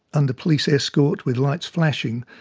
under police escort with lights flashing,